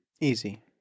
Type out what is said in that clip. Easy